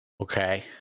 Okay